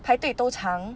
排队都长